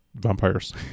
vampires